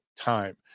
time